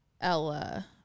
ella